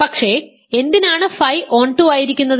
പക്ഷേ എന്തിനാണ് phi on two ആയിരിക്കുന്നത്